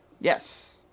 yes